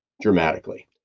dramatically